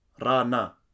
rana